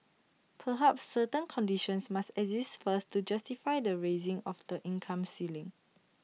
perhaps certain conditions must exist first to justify the raising of the income ceiling